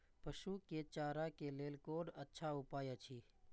पशु के चारा के लेल कोन अच्छा उपाय अछि?